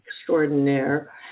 extraordinaire